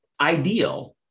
ideal